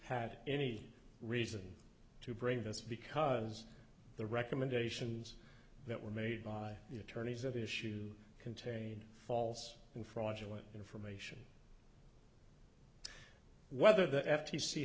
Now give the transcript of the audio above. had any reason to bring this because the recommendations that were made by the attorneys at issue contain false and fraudulent information whether the f